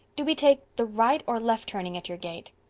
do we take the right or left turning at your gate?